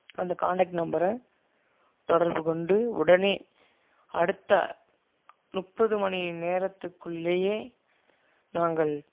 அந்த காண்டக்ட் நம்பரை தொடர்பு கொண்டு உடனே அடுத்த முப்பது மணி நேரத்துக்குள்ளேயே நாங்கள்